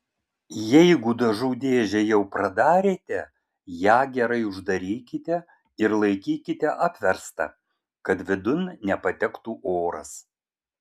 jeigu dažų dėžę jau pradarėte ją gerai uždarykite ir laikykite apverstą kad vidun nepatektų oras